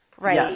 Right